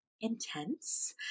intense